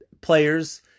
players